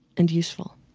and useful?